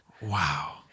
Wow